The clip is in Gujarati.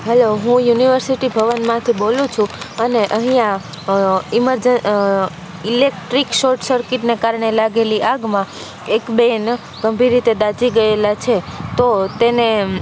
હેલો હું યુનિવર્સિટી ભવનમાંથી બોલું છું અને અહીંયા ઈમરજન ઇલેક્ટ્રીક શોર્ટ સર્કિટને કારણે લાગેલી આગમાં એક બેન ગંભીર રીતે દાઝી ગયેલા છે તો તેને